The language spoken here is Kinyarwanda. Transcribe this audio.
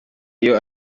iyo